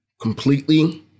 completely